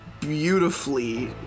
beautifully